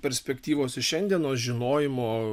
perspektyvos iš šiandienos žinojimo